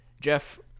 Jeff